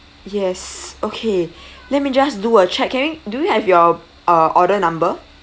yes okay let me just do a check can you do you have your uh order number